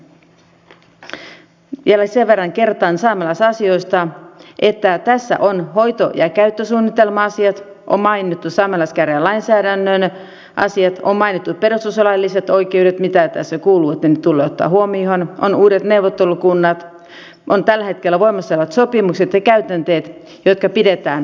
vielä sen verran kertaan saamelaisasioista että tässä on hoito ja käyttösuunnitelma asiat on mainittu saamelaiskäräjien lainsäädännön asiat on mainittu perustuslailliset oikeudet mitä tässä kuuluu nytten ottaa huomioon on uudet neuvottelukunnat on tällä hetkellä voimassa olevat sopimukset ja käytänteet jotka pidetään voimassa